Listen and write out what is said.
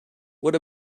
what